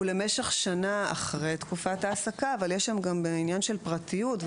הוא למשך שנה אחרי תקופת ההעסקה אבל יש שם גם עניין של פרטיות,